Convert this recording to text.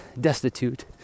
destitute